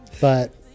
but-